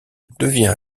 devient